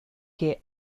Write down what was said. que